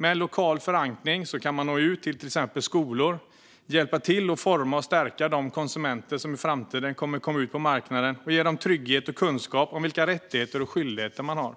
Med en lokal förankring kan man nå ut till till exempel skolor och hjälpa till att forma och stärka de konsumenter som i framtiden kommer att komma ut på marknaden och ge dem trygghet och kunskap om vilka rättigheter och skyldigheter man har.